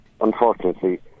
unfortunately